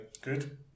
good